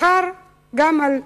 מחר גם על גני-ילדים.